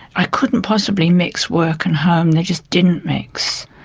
i couldn't possibly mix work and home, they just didn't mix.